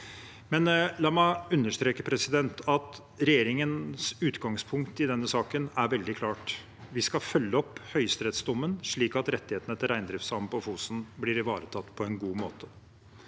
på. La meg understreke at regjeringens utgangspunkt i denne saken er veldig klart. Vi skal følge opp høyesterettsdommen slik at rettighetene til reindriftssamene på Fosen blir ivaretatt på en god måte.